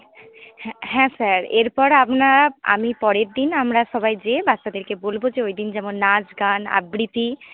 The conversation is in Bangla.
হ্যাঁ স্যার এরপরে আপনারা আমি পরেরদিন আমরা সবাই যেয়ে বাচ্চাদেরকে বলবো যে ওইদিন যেমন নাচ গান আবৃত্তি